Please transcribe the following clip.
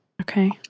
Okay